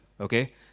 okay